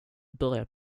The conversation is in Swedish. börjar